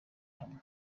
hamwe